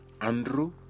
Andrew